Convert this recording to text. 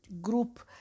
group